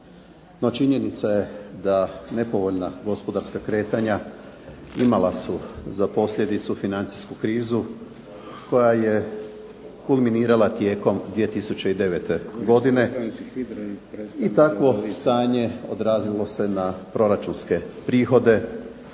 činjenica je da nepovoljna gospodarska kretanja imala su za posljedicu financijsku krizu koja je kulminirala tijekom 2009. godine i takvo stanje odrazilo se na proračunske prihode